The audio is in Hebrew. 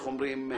בבקשה.